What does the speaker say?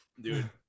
dude